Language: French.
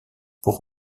pour